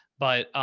but,